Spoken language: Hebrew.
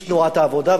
איש תנועת העבודה,